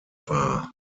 war